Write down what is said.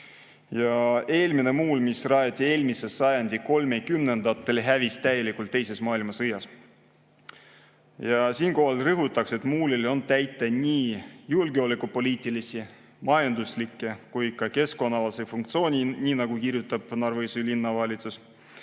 Eelmine muul, mis rajati eelmise sajandi kolmekümnendatel, hävis täielikult teises maailmasõjas. Siinkohal ma rõhutan, et muulil on täita nii julgeolekupoliitilisi, majanduslikke kui ka keskkonnaalaseid funktsioone, nagu kirjutab Narva-Jõesuu Linnavalitsus.